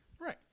Right